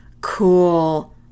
Cool